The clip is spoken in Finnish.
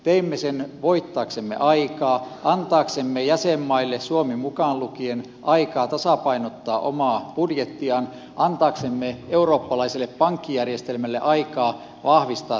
teimme sen voittaaksemme aikaa antaaksemme jäsenmaille suomi mukaan lukien aikaa tasapainottaa omaa budjettiaan antaaksemme eurooppalaiselle pankkijärjestelmälle aikaa vahvistaa taseitaan